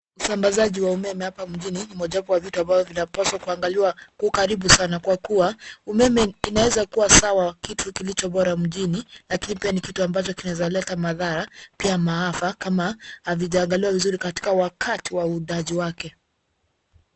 Usambazaji wa umeme hapa mjini mojawapo wa vitu ambavyo vinapaswa kuangalia kwa ukaribu sana, kwa kuwa umeme inaweza kuwa sawa kitu kilicho bora mjini na pia ni kitu ambacho kinaweza kuleta madhara pia maafa kama havijaangaliwa vizuri katika wakati wa uundaji wake.